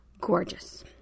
gorgeous